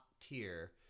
tier